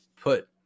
put